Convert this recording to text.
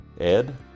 Ed